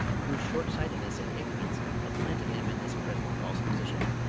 whose short-sightedness and ignorance had planted him in this present false position,